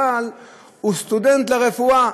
אבל הוא סטודנט לרפואה,